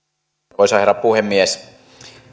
arvoisa herra puhemies